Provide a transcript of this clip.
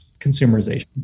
consumerization